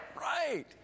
Right